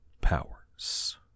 powers